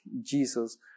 Jesus